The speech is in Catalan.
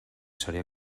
seria